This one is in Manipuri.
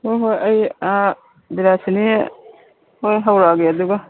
ꯍꯣꯏ ꯍꯣꯏ ꯑꯩ ꯑꯥ ꯕꯤꯂꯥꯁꯤꯅꯤ ꯍꯣꯏ ꯍꯧꯔꯒꯦ ꯑꯗꯨꯒ